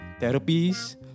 therapies